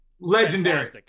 legendary